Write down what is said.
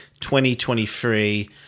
2023